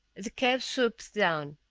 the cab swooped down.